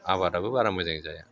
आबादाबो बारा मोजां जाया